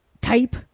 type